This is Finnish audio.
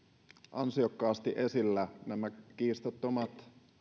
ansiokkaasti esillä nämä kiistattomat